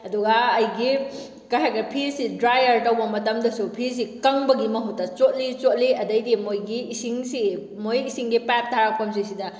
ꯑꯗꯨꯒ ꯑꯩꯒꯤ ꯀꯩ ꯍꯥꯏꯈ꯭ꯔꯦ ꯐꯤꯁꯤ ꯗ꯭ꯔꯥꯏꯌꯥꯔ ꯇꯧꯕ ꯃꯇꯝꯗꯁꯨ ꯐꯤꯁꯤ ꯀꯪꯕꯒꯤ ꯃꯍꯨꯠꯇ ꯆꯣꯠꯂꯤ ꯆꯣꯠꯂꯤ ꯑꯗꯩꯗꯤ ꯃꯣꯏꯒꯤ ꯏꯁꯤꯡꯁꯤ ꯃꯣꯏ ꯏꯁꯤꯡꯒꯤ ꯄꯥꯏꯞ ꯇꯥꯔꯛꯐꯝꯁꯤ ꯁꯤꯗ